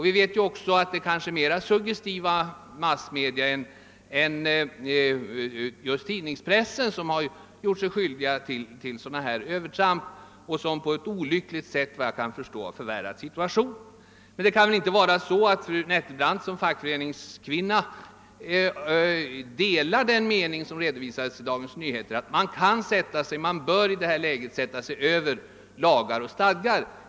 Vi vet ju också att det är mera suggestiva massmedia än tidningspressen som har gjort sig skyldiga till sådana här övertramp som på ett olyckligt sätt har förvärrat situationen. Det kan väl inte förhålla sig så att fru Nettelbrandt som fackföreningskvinnna delar den mening som redovisades i Dagens Nyheter, nämligen att man i detta läge bör sätta sig över lagar och stadgar.